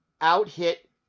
out-hit